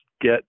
get